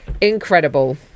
incredible